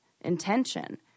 intention